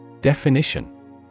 Definition